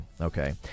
okay